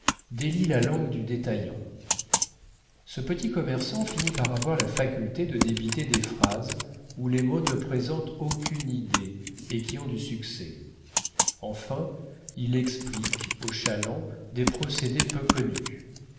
la langue du détaillant ce petit commerçant finit par avoir la faculté de débiter des phrases où les mots ne présentent aucune idée et qui ont du succès enfin il explique aux chalands des procédés peu connus